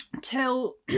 till